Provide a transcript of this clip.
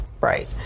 right